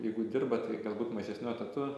jeigu dirba tai galbūt mažesniu etatu